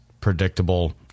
predictable